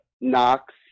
Knox